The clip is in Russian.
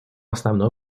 основной